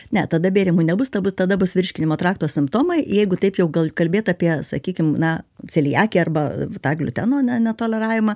ne tada bėrimų nebus ta tada bus virškinimo trakto simptomai jeigu taip jau gal kalbėt apie sakykim na celiakija arba tą gliuteno ne netoleravimą